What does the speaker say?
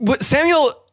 Samuel